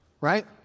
Right